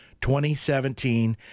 2017